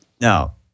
Now